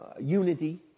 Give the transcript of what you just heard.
unity